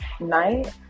Night